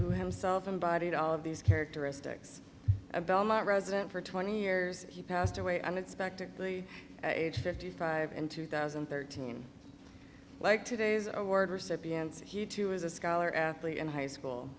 who himself embodied all of these characteristics a belmont resident for twenty years he passed away unexpectedly at age fifty five in two thousand and thirteen like today's award recipients he too was a scholar athlete in high school